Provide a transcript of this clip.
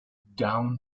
down